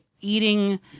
eating